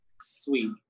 sweet